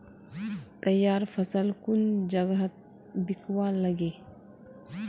तैयार फसल कुन जगहत बिकवा लगे?